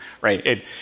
right